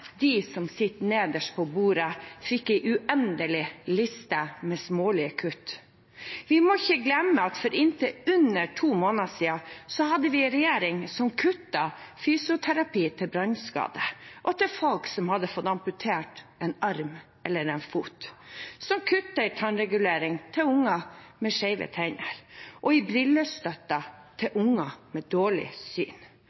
de som sitter nederst ved bordet, fikk en uendelig liste med smålige kutt. Vi må ikke glemme at for under to måneder siden hadde vi en regjering som kuttet fysioterapi til brannskadde og til folk som hadde fått amputert en arm eller en fot, som kuttet i tannregulering til unger med skjeve tenner, i brillestøtten til